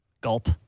Gulp